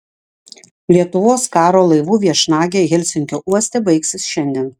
lietuvos karo laivų viešnagė helsinkio uoste baigsis šiandien